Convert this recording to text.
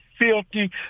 Filthy